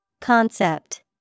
Concept